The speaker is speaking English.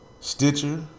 Stitcher